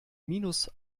minus